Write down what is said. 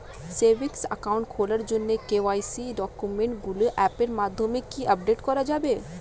Savings account খোলার জন্য KYC ডকুমেন্টগুলো অ্যাপের মাধ্যমে কি আপডেট করা যাবে?